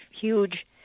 huge